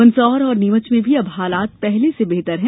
मंदसौर और नीमच में भी अब हालात पहले से बेहतर हैं